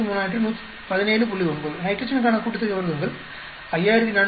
9 நைட்ரஜனுக்கான கூட்டுத்தொகை வர்க்கங்கள் 5495